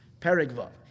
Perigva